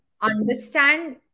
understand